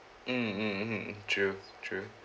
mm mm mm true true